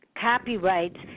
copyrights